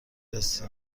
رسی